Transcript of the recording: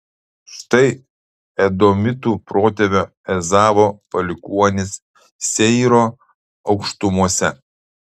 štai edomitų protėvio ezavo palikuonys seyro aukštumose